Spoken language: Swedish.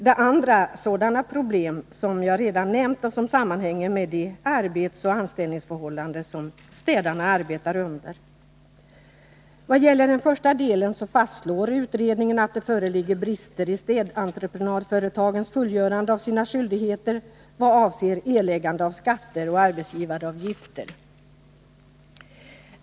Det andra är sådana problem som jag redan nämnt och som sammanhänger med de arbetsoch anställningsförhållanden som städarna arbetar under. Vad gäller den första delen, så fastslår utredningen att det föreligger brister i städentreprenadföretagens fullgörande av sina skyldigheter när det gäller erläggande av skatter och arbetsgivaravgifter.